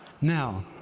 Now